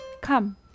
Come